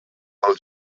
pel